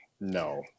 no